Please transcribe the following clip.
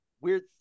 weird